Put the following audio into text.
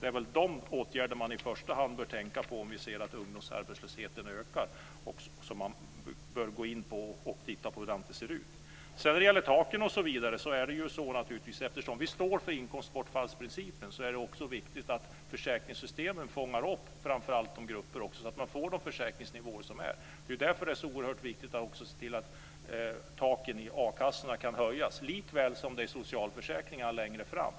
Det är väl dessa åtgärder som man i första hand bör tänka på om man ser att ungdomsarbetslösheten ökar. Det är dem som man bör gå in och titta på. När det sedan gäller taken osv. står vi för inkomstbortfallsprincipen. Därför är det också viktigt att försäkringssystemen fångar upp framför allt de här grupperna, så att de får de försäkringsnivåer som är. Det är därför som det är så oerhört viktigt att också se till att taken i a-kassorna kan höjas, likaväl som det är det i socialförsäkringar längre fram.